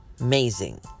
amazing